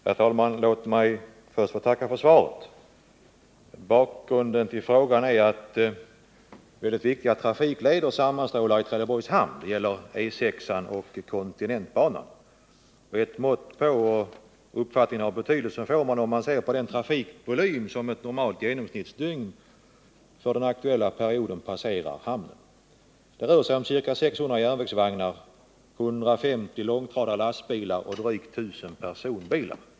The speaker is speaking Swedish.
Herr talman! Jag ber först att få tacka för svaret. Bakgrunden till frågan är att viktiga trafikleder sammanstrålar i Trelleborgs hamn, nämligen Europaväg 6 och kontinentbanan. Ett mått på deras betydelse får man om man ser på den trafikvolym som under ett genomsnittsdygn passerar hamnen. För den aktuella perioden rör det sig om ca 600 järnvägsvagnar, 150 långtradare och lastbilar och drygt 1 000 personbilar.